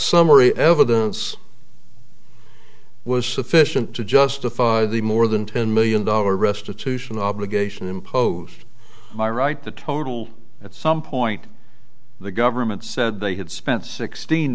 summary evidence was sufficient to justify the more than ten million dollar restitution obligation imposed by right the total at some point the government said they had spent sixteen